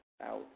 out